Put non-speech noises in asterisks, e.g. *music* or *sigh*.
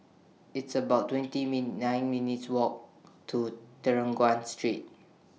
It's about twenty *unintelligible* nine minutes' Walk to *unintelligible* Street